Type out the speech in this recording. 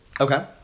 Okay